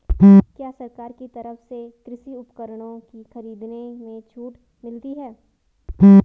क्या सरकार की तरफ से कृषि उपकरणों के खरीदने में छूट मिलती है?